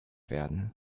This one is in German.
werden